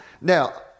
Now